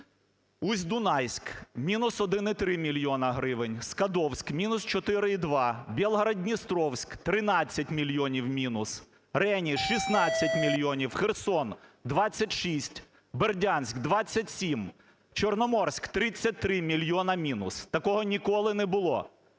Усть-Дунайськ – мінус 1,3 мільйони гривень; Скадовськ – мінус 4,2. Білгород-Дністровськ – 13 мільйонів мінус, Рені – 16 мільйонів, Херсон – 26, Бердянськ – 27, Чорноморськ – 33 мільйони мінус. Такого ніколи не було.